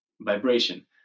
vibration